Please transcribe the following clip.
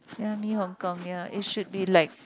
ya Mee Hong-Kong ya it should be like